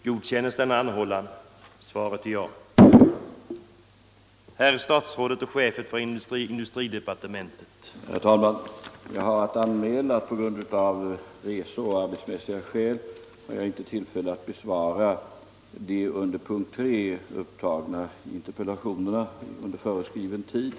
Herr talman! Jag har att anmäla att jag på grund av resor och av arbetsmässiga skäl inte kan besvara interpellationen 97 av herr Siegbahn, interpellationen 101 av herr Fågelsbo och interpellationen 110 av herr Burenstam Linder under föreskriven tid.